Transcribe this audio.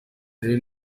rero